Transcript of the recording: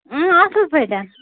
اۭں اَصٕل پٲٹھۍ